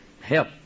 help